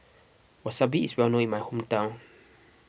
Wasabi is well known in my hometown